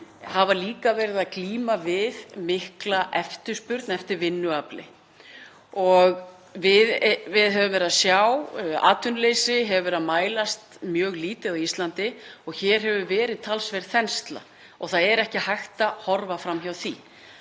hafa líka verið að glíma við mikla eftirspurn eftir vinnuafli. Við höfum verið að sjá að atvinnuleysi hefur verið að mælast mjög lítið á Íslandi og hér hefur verið talsverð þensla og það er ekki hægt að horfa fram hjá því.